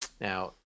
Now